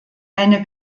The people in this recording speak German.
eine